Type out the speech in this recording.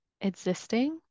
existing